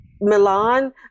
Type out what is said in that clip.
Milan